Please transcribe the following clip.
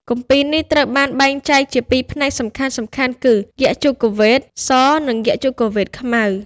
គម្ពីរនេះត្រូវបានបែងចែកជា ២ ផ្នែកសំខាន់ៗគឺ យជុវ៌េទ ស និងយជុវ៌េទខ្មៅ។